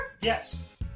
Yes